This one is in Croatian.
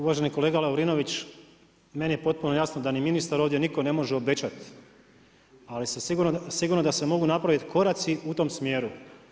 Uvaženi kolega Lovrinović, meni je potpuno jasno da ni ministar ovdje, nitko ne može obećati ali sigurno da se mogu napraviti koraci u to smjeru.